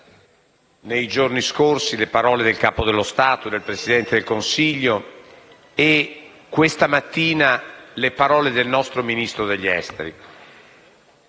nei giorni scorsi, le parole del Capo dello Stato e del Presidente del Consiglio e, questa mattina, le parole del nostro Ministro degli affari